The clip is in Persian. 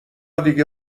دیگه